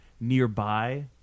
nearby